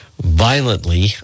violently